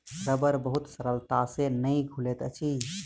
रबड़ बहुत सरलता से नै घुलैत अछि